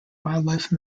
wildlife